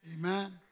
Amen